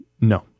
No